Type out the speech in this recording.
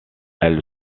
elle